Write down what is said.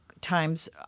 Times